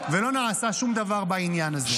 ולא נעשה שום דבר בעניין הזה.